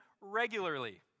regularly